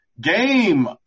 Game